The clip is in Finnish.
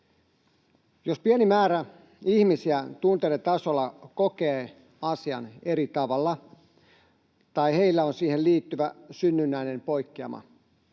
Jos pieni määrä ihmisiä tunteiden tasolla kokee asian eri tavalla tai heillä on siihen liittyvä synnynnäinen poikkeama,